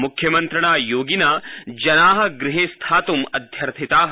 मुख्यमन्त्रिणा योगिना जनाः गृहे स्यात्रं अध्यर्थिताः